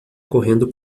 correndo